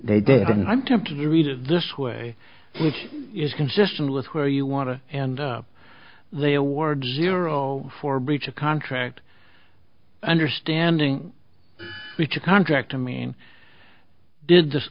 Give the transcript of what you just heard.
they did and i'm tempted to read it this way which is consistent with where you want to and the award zero for breach of contract understanding which a contract i mean did this